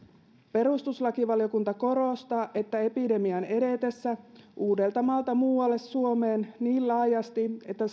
perustuslakivaliokunta korostaa että epidemian edetessä uudeltamaalta muualle suomeen niin laajasti että